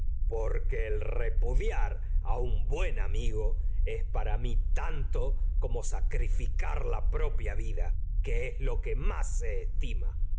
porque el repudiar es para buen amigo que es rás a mi tanto como sacrificar la propia vida se lo que más estima